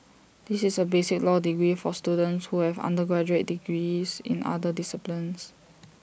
this is A basic law degree for students who have undergraduate degrees in other disciplines